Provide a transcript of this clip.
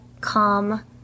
come